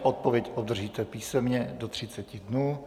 Odpověď obdržíte písemně do 30 dnů.